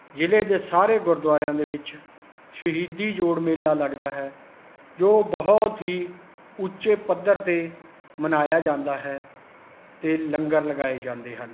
ਜ਼ਿਲ੍ਹੇ ਦੇ ਸਾਰੇ ਗੁਰਦੁਆਰਿਆਂ ਦੇ ਵਿੱਚ ਸ਼ਹੀਦੀ ਜੋੜ ਮੇਲਾ ਲੱਗਦਾ ਹੈ ਜੋ ਬਹੁਤ ਹੀ ਉੱਚੇ ਪੱਧਰ 'ਤੇ ਮਨਾਇਆ ਜਾਂਦਾ ਹੈ ਅਤੇ ਲੰਗਰ ਲਗਾਏ ਜਾਂਦੇ ਹਨ